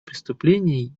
преступления